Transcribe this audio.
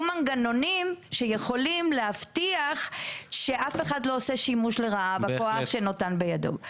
מנגנונים שיכולים להבטיח שאף אחד לא עושה שימוש לרעה בכוח שניתן בידו.